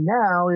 now